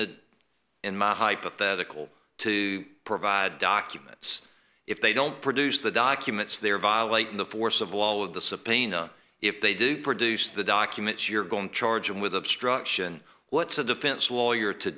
d in my hypothetical to provide documents if they don't produce the documents they're violating the force of all of the subpoena if they do produce the documents you're going to charge them with obstruction what's a defense lawyer to